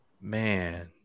Man